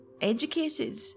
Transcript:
educated